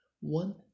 one